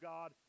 God